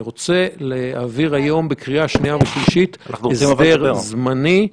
אני רוצה להעביר היום בקריאה שנייה ושלישית הסדר זמני,